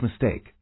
mistake